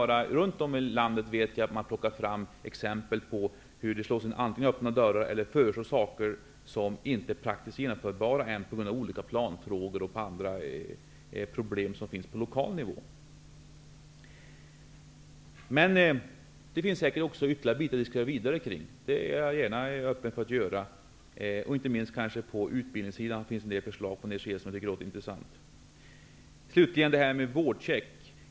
Runt om i landet har det tagits fram exempel på hur man slår in öppna dörrar, på hur man föreslår sådant som ännu inte är praktiskt genomförbart på grund av olika planfrågor och problem på lokal nivå. Det finns säkert saker som vi skulle kunna ha vidare diskussioner om. Jag är öppen för sådana diskussioner. Inte minst på utbildningssidan finns det väl en del intressanta förslag från er sida. Slutligen något om det här med vårdcheck.